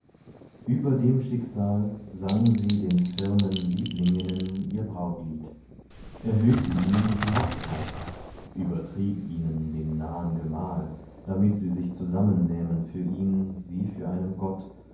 über dem schicksal sang sie den firnen lieblinginnen ihr brautlied erhöhte ihnen die hochzeit übertrieb ihnen den nahen gemahl damit sie sich zusammennähmen für ihn wie für einen gott